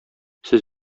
сез